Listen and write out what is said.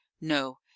No